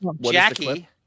Jackie